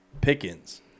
Pickens